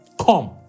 come